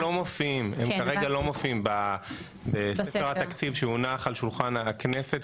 הם כרגע לא מופיעים כרגע לא מופיעים בספר התקציב שהונח על שולחן הכנסת,